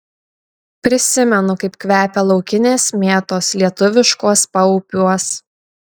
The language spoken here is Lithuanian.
prisimenu kaip kvepia laukinės mėtos lietuviškuos paupiuos